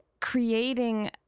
creating